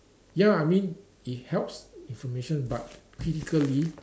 ya I mean it helps information but critically